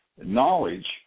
knowledge